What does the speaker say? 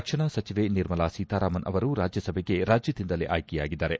ರಕ್ಷಣಾ ಸಚವೆ ನಿರ್ಮಲಾ ಸೀತಾರಾಮನ್ ಅವರು ರಾಜ್ಯಸಭೆಗೆ ರಾಜ್ಯದಿಂದಲೇ ಅಯ್ನೆಯಾಗಿದ್ದಾರೆ